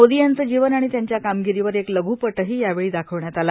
मोदी यांचं जीवन आणि त्यांच्या कामगिरीवर एक लघ्पटही यावेळी दाखवण्यात आला